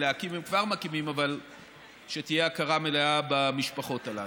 להקים הם כבר מקימים אבל שתהיה הכרה מלאה במשפחות הללו.